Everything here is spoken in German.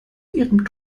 ihrem